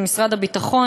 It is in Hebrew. ושל משרד הביטחון,